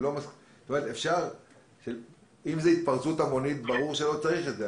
אם זו התפרצות המונית, אז ברור שלא צריך את זה.